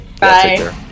Bye